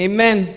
Amen